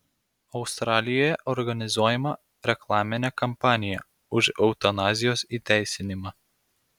australijoje organizuojama reklaminė kampanija už eutanazijos įteisinimą